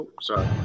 sorry